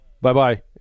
Bye-bye